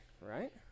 right